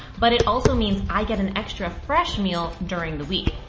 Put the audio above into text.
but it also means i get an extra fresh meal during the week.